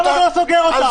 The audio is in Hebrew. למה אתה לא סוגר אותם?